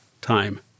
time